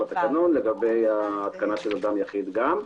לגבי ההתקנה של אדם יחיד גם,